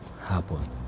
happen